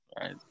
right